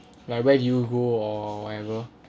like where do you go or whatever